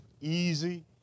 easy